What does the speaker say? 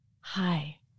hi